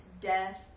death